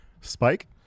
Spike